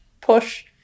push